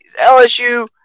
LSU